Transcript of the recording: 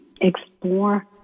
explore